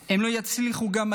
הם לא יצליחו גם היום.